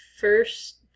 first